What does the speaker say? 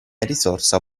risorsa